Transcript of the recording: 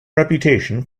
reputation